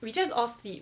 we just all sleep